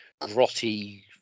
grotty